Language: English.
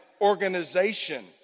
organization